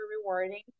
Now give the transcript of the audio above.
rewarding